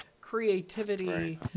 creativity